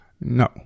no